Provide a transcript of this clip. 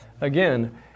Again